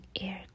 air